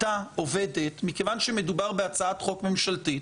מכיוון שמדובר בהצעת חוק ממשלתית,